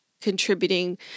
contributing